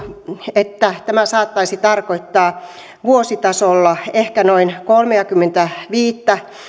että tämä saattaisi tarkoittaa vuositasolla ehkä noin kolmeakymmentäviittä